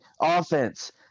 offense